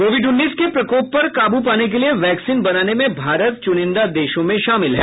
Covid उन्नीस के प्रकोप पर काबू पाने के लिए वैक्सीन बनाने में भारत चुनिंदा देशों में शामिल है